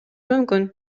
мүмкүн